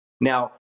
Now